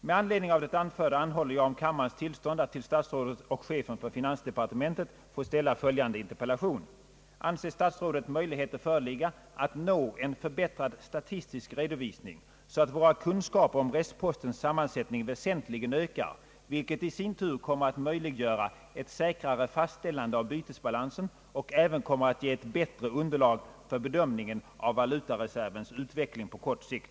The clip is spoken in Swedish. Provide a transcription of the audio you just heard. Med anledning av det anförda anhåller jag om kammarens tillstånd att till statsrådet och chefen för finansdepartementet få ställa följande interpellation: Anser statsrådet möjligheter föreligga att nå en förbättrad statistisk redovisning, så att våra kunskaper om restpostens sammansättning väsentligen ökar, vilket i sin tur kommer att möjliggöra ett säkrare fastställande av bytesbalansen och även kommer att ge ett bättre underlag för bedömningen av valutareservens utveckling på kort sikt.